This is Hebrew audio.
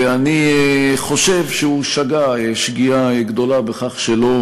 ואני חושב שהוא שגה שגיאה גדולה בכך שלא